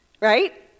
right